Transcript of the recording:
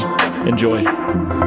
Enjoy